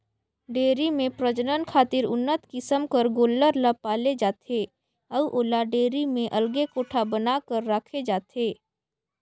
dairy में प्रजनन खातिर उन्नत किसम कर गोल्लर ल पाले जाथे अउ ओला डेयरी में अलगे कोठा बना कर राखे जाथे